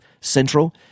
Central